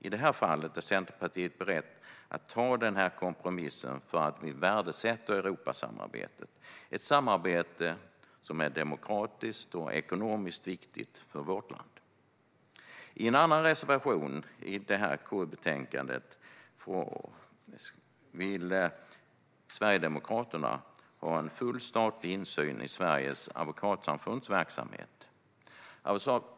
I detta fall är Centerpartiet berett till denna kompromiss därför att vi värdesätter Europasamarbetet - ett samarbete som är demokratiskt och ekonomiskt viktigt för vårt land. I en annan reservation i detta KU-betänkande vill Sverigedemokraterna ha full statlig insyn i Sveriges advokatsamfunds verksamhet.